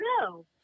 No